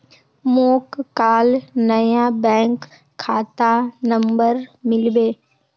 मोक काल नया बैंक खाता नंबर मिलबे